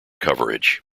coverage